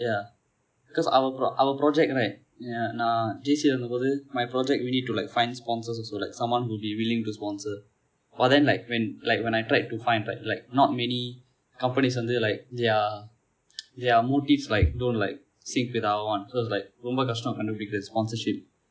ya cause our pro~ our project right yeah நான் :naan J_C இருந்தபோது:irunthapothu my project we need to like find sponsors also like someone who will be willing to sponsor but then like when like when I tried to find right like not many companies வந்து:vanthu like their their motives like don't like sync with our one so is like ரொம்ப கடினம் கண்டுபிடிப்பது:romba kadinam kandupidipathu sponsorship